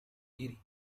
diri